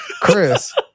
Chris